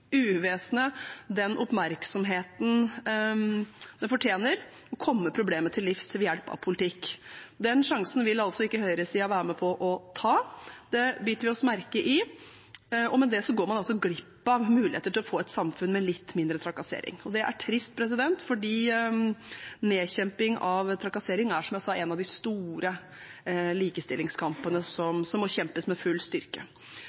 uvesenet den oppmerksomheten det fortjener, og komme problemet til livs ved hjelp av politikk. Den sjansen vil altså ikke høyresiden være med på å ta. Det biter vi oss merke i. Med det går man glipp av muligheten for å få et samfunn med litt mindre trakassering. Det er trist, for nedkjemping av trakassering er, som jeg sa, en av de store likestillingskampene som må kjempes med full styrke.